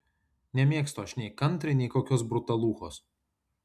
nemėgstu aš nei kantri nei kokios brutaluchos